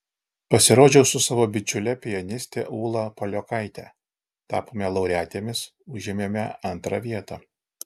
pasirodžiau su savo bičiule pianiste ūla paliokaite tapome laureatėmis užėmėme antrą vietą